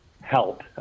help